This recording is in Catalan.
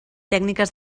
tècniques